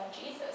Jesus